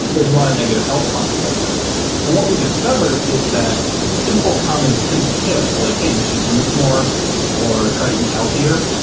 there's a lot of negative health consequences and what we discovered is that simple common sense tips like, hey, you should move more or try to eat healthier,